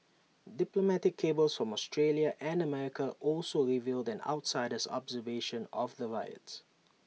diplomatic cables from Australia and America also revealed an outsider's observation of the riots